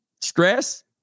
Stress